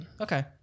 Okay